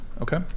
okay